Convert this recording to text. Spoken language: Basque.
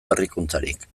berrikuntzarik